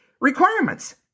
requirements